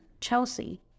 Chelsea